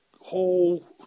whole